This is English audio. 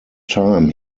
time